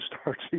starts